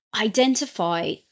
identify